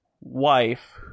wife